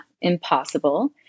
impossible